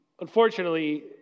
unfortunately